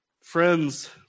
Friends